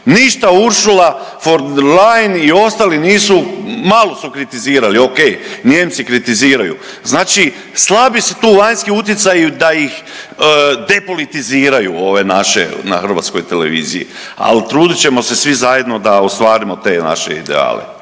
Ništa Ursula von der Leyen ostali nisu, malo su kritizirali, okej, Nijemci kritiziraju, znači, slabi su tu vanjski utjecaji da ih depolitiziraju ove naše na Hrvatskoj televiziji, ali trudit ćemo se svi zajedno da ostvarimo te naše ideale.